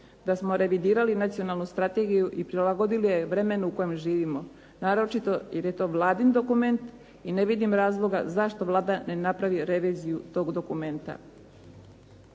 da smo revidirali nacionalnu strategiju i prilagodili je vremenu u kojem živimo, naročito jer je to Vladin dokument i ne vidim razloga zašto Vlada ne napravi reviziju tok dokumenta.